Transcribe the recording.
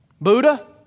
Buddha